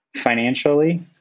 Financially